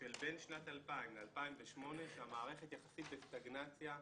בין 2000 ל-2008 שהמערכת יחסית בסטגנציה,